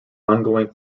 ongoing